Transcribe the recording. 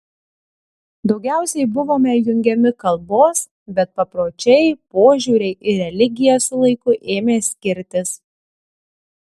daugiausiai buvome jungiami kalbos bet papročiai požiūriai ir religija su laiku ėmė skirtis